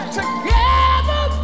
together